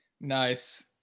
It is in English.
Nice